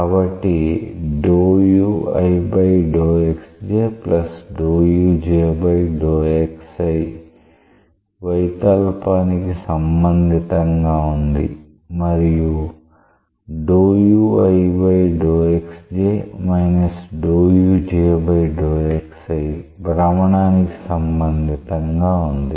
కాబట్టి వైకల్పానికి సంబంధితంగా ఉంది మరియు భ్రమణానికి సంబంధితంగా ఉంది